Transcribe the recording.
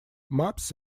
maps